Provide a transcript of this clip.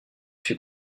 fut